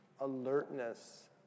alertness